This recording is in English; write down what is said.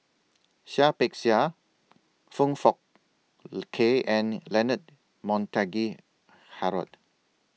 Seah Peck Seah Foong Fook Kay and Leonard Montague Harrod